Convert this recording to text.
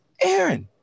aaron